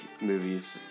movies